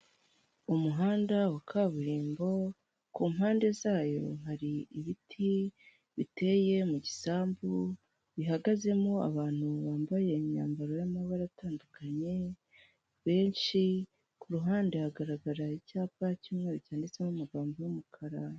Umuhanda wa kaburimbo, ku mpande zayo hari ibiti biteye mu gisambu bihagazemo abantu bambaye imyambaro y'amabara atandukanye benshi, ku ruhande hagaragara icyapa cy'umweru cyanditseho amagambo y'umukara.